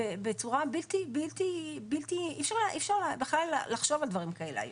אי אפשר בכלל לחשוב על דברים כאלה,